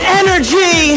energy